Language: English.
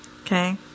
Okay